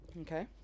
Okay